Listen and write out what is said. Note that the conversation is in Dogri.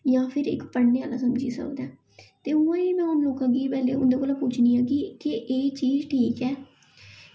जां फिर इक पढ़ने आह्ला समझी सकदा ते उऐ में उन लोकां गी पैह्लें उंदे कोला पुच्छनी आं कि एह् चीज़ ठीक ऐ